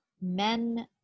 men